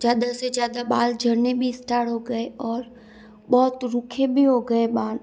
ज़्यादा से ज़्यादा बाल झड़ने भी स्टार्ट हो गए और बहुत रूखे भी हो गए बाल